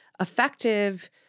effective